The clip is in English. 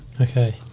Okay